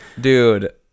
Dude